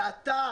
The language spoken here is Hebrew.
ואתה,